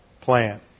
plan